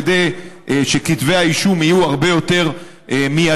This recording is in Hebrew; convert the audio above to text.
כדי שכתבי האישום יהיו הרבה יותר מיידיים